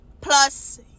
plus